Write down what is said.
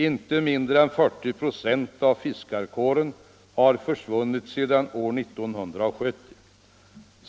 Inte mindre än 40 96 av fiskarkåren har försvunnit sedan år 1940.